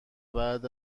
بعد